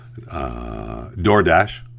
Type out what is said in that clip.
DoorDash